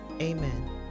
Amen